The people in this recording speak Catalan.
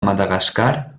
madagascar